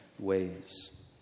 ways